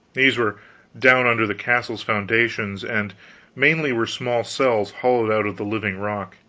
these were down under the castle's foundations, and mainly were small cells hollowed out of the living rock.